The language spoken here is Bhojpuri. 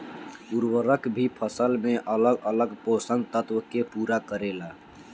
उर्वरक भी फसल में अलग अलग पोषण तत्व के पूरा करेला